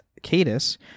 Cadus